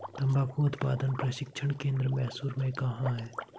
तंबाकू उत्पादन प्रशिक्षण केंद्र मैसूर में कहाँ है?